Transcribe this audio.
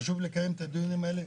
חשוב לקיים את הדיונים האלה,